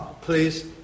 Please